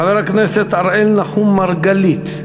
חבר הכנסת אראל מרגלית.